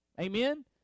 Amen